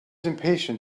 impatient